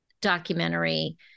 documentary